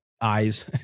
eyes